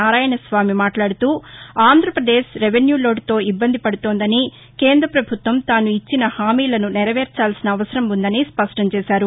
నారాయణ స్వామి మాట్లాడుతూ ఆంధ్రప్రదేశ్ రెవిస్యూలోటుతో ఇబ్బంది పడుతోందని కేంద్ర ప్రభుత్వం ఇచ్చిన హామీలను నెరవేర్చాల్సిన అవసరం ఉందని స్పష్టం చేశారు